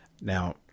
Now